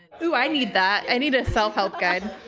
ooh, i need that. i need a self-help guide.